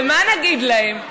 ומה נגיד להם?